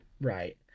Right